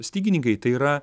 stygininkai tai yra